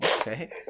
Okay